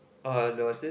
!wah! there was this